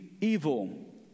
evil